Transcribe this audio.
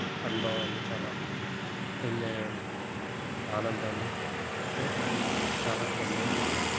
అనుభవాన్ని చాలా ఎంజాయ్ ఆనందాన్ని తో చాలా ఎంజాయ్ చేశాను